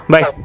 Bye